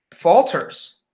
falters